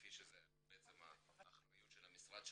כפי שזו בעצם האחריות של המשרד שלנו,